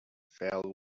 fell